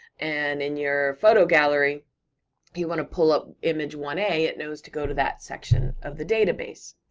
and in your photo gallery, if you wanna pull up image one a, it knows to go to that section of the database.